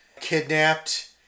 kidnapped